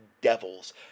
devils